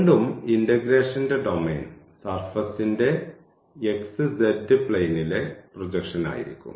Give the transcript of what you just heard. വീണ്ടും ഇന്റഗ്രേഷന്റെ ഡൊമെയ്ൻ സർഫസ്ന്റെ xz പ്ലെയിനിലെ പ്രൊജക്ഷൻആയിരിക്കും